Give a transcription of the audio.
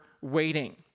waiting